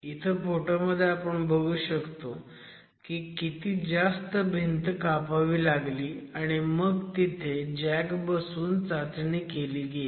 इथं फोटोमध्ये आपण बघू शकतो की किती जास्त भिंत कापावी लागली आणि मग तिथे जॅक बसवून चाचणी केली गेली